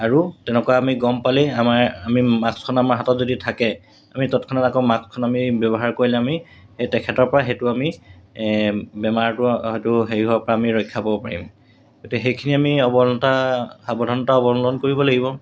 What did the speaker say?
আৰু তেনেকুৱা আমি গম পালেই আমাৰ আমি মাস্কখন আমাৰ হাতত যদি থাকে আমি তৎক্ষণাত আকৌ মাস্কখন আমি ব্যৱহাৰ কৰিলে আমি সেই তেখেতৰপৰা সেইটো আমি বেমাৰটো হয়তো হেৰি হোৱাৰপৰা আমি ৰক্ষা পাব পাৰিম গতিকে সেইখিনি আমি অৱলম্বতা সাৱধানতা অৱলম্বন কৰিব লাগিব